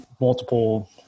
multiple